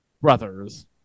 brothers